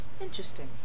Interesting